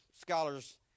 scholars